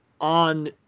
on